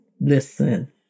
listen